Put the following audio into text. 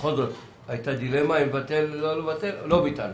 הייתה דילמה האם לבטל או לא, ולא ביטלנו.